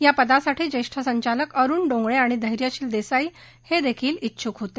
या पदासाठी ज्येष्ठ संचालक अरुण डोंगळे आणि धैयशील देसाई हेदेखील उंछूक होते